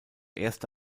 erste